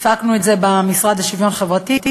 הפקנו את זה במשרד לשוויון חברתי,